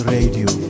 Radio